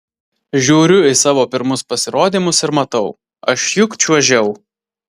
žiūriu į savo pirmus pasirodymus ir matau aš juk čiuožiau